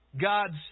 God's